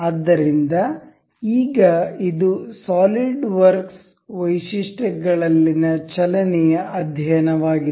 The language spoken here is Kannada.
ಆದ್ದರಿಂದ ಈಗ ಇದು ಸಾಲಿಡ್ವರ್ಕ್ಸ್ ವೈಶಿಷ್ಟ್ಯ ಗಳಲ್ಲಿನ ಚಲನೆಯ ಅಧ್ಯಯನವಾಗಿದೆ